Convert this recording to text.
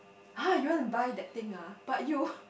!huh! you want to buy that thing ah but you